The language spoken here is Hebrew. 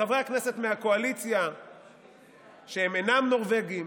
חברי הכנסת מהקואליציה שהם אינם נורבגים,